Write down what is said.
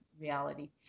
reality